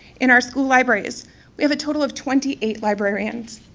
in our school libraries we have a total of twenty eight librarians,